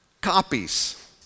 copies